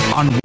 on